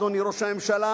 אדוני ראש הממשלה,